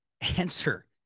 answer